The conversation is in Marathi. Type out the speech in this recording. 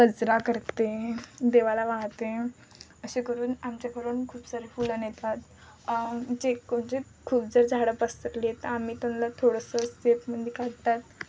गजरा करते देवाला वाहाते असे करून आमच्याकडून खूप सारे फुलं नेतात जे कोण जे खूप ज झाडं पसरली आहेत तर आम्ही त्यांना थोडंसं सेपमध्ये काढतात